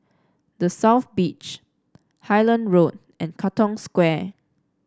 The South Beach Highland Road and Katong Square